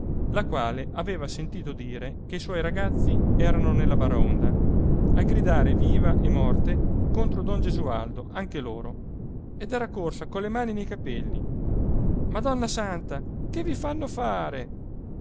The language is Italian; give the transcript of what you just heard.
la quale aveva sentito dire che i suoi ragazzi erano nella baraonda a gridare viva e morte contro don gesualdo anche loro ed era corsa colle mani nei capelli madonna santa che vi fanno fare